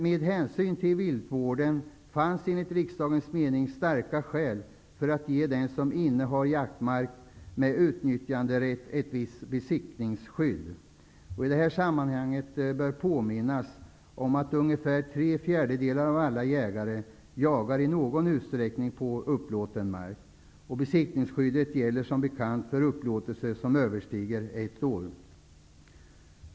Med hänsyn till viltvården fanns enligt riksdagens mening starka skäl för att ge den som innehar jaktmark med nyttjanderätt ett viss besittningsskydd. I detta sammanhang bör påminnas om att ungefär tre fjärdedelar av alla jägare jagar i någon utsträckning på upplåten mark. Besittningsskyddet gäller som bekant för upplåtelser som överstiger ett år.